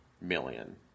million